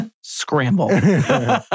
Scramble